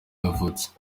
yavutse